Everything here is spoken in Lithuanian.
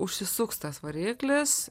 užsisuks tas variklis